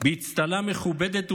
באצטלה מכובדת ונאורה,